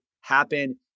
Happen